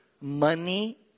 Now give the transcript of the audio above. money